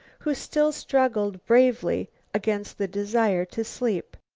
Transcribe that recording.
who still struggled bravely against the desire to sleep.